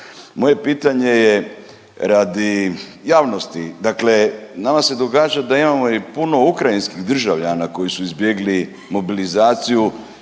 Moje pitanje je radi javnosti. Dakle, nama se događa da imamo i puno ukrajinskih državljana koji su izbjegli mobilizaciju